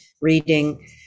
reading